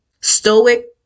stoic